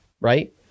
right